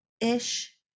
ish